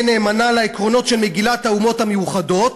נאמנה לעקרונות של מגילת האומות המאוחדות".